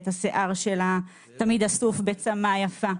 השיער תמיד אסוף בצמה יפה.